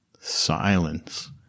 silence